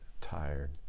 tired